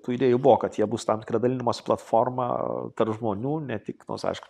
tų idėjų buvo kad jie bus tam tikra dalinimosi platforma tarp žmonių ne tik nors aišku